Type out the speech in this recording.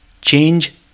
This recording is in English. Change